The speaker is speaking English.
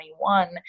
2021